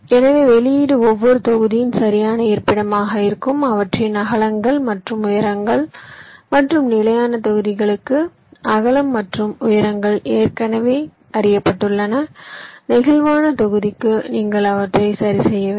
எனவே வெளியீடு ஒவ்வொரு தொகுதியின் சரியான இருப்பிடமாக இருக்கும் அவற்றின் அகலங்கள் மற்றும் உயரங்கள் மற்றும் நிலையான தொகுதிகளுக்கு அகலம் மற்றும் உயரங்கள் ஏற்கனவே அறியப்பட்டுள்ளன நெகிழ்வான தொகுதிக்கு நீங்கள் அவற்றை சரிசெய்ய வேண்டும்